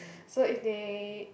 so if they